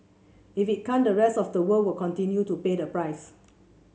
if it can't the rest of the world will continue to pay the price